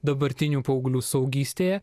dabartinių paauglių suaugystėje